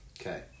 Okay